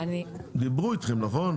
דיברו איתכם, נכון?